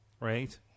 right